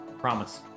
Promise